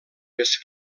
més